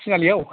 थिनालिआव